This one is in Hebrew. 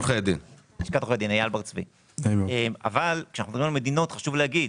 אבל כשאנחנו מדברים על מדינות חשוב להגיד